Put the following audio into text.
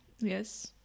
Yes